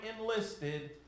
enlisted